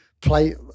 play